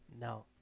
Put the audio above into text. No